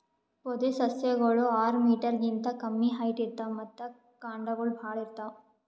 ಪೊದೆಸಸ್ಯಗೋಳು ಆರ್ ಮೀಟರ್ ಗಿಂತಾ ಕಮ್ಮಿ ಹೈಟ್ ಇರ್ತವ್ ಮತ್ತ್ ಕಾಂಡಗೊಳ್ ಭಾಳ್ ಇರ್ತವ್